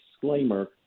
disclaimer